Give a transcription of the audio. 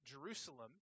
Jerusalem